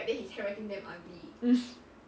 mm